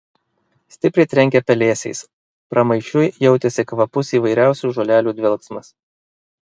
stipriai trenkė pelėsiais pramaišiui jautėsi kvapus įvairiausių žolelių dvelksmas